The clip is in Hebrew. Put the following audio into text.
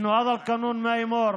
(אומר